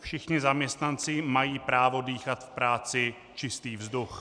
Všichni zaměstnanci mají právo dýchat v práci čistý vzduch.